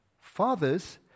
Fathers